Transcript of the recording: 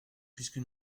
puisque